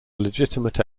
legitimate